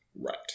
right